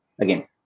again